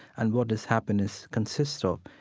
and what does happiness consist of.